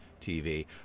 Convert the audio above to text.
tv